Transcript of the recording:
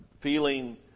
feeling